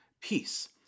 peace